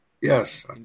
Yes